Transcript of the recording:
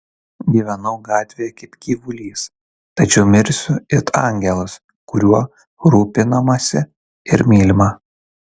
gyvenau gatvėje kaip gyvulys tačiau mirsiu it angelas kuriuo rūpinamasi ir mylima